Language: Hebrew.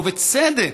ובצדק,